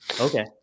Okay